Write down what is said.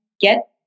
get